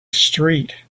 street